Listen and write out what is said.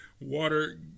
Water